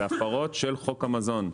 זה הפרות של חוק המזון.